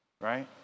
Right